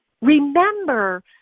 remember